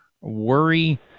worry